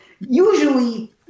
Usually